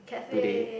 today